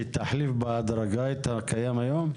היא תחליף בהדרגה את הקיים היום?